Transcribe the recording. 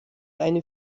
eine